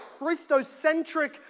Christocentric